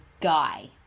guy